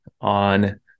on